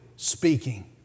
Speaking